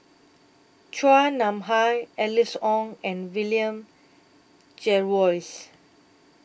Chua Nam Hai Alice Ong and William Jervois